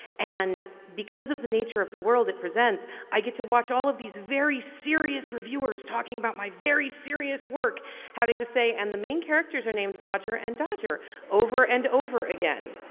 and because of the nature of the world it presents i get to watch all these very serious reviewers talking about my very serious work having to say and the main characters are names roger and dodger over and over again.